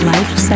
Life